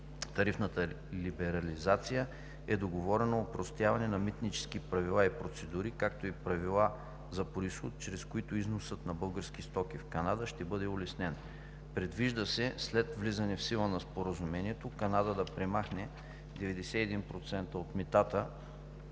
тарифната либерализация е договорено опростяване на митнически правила и процедури, както и правила за произход, чрез които износът на български стоки в Канада ще бъде улеснен. Предвижда се след влизане в сила на Споразумението, Канада да премахне 91% от митата